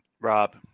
Rob